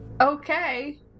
okay